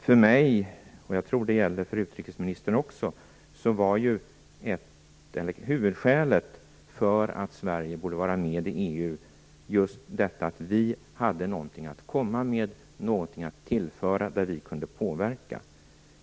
För mig - och det tror jag gäller också för utrikesministern - var ju huvudskälet till att Sverige borde vara med i EU just detta, att vi hade någonting att komma med och någonting att tillföra genom vår påverkan.